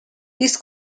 this